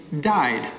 died